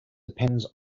depends